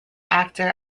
actor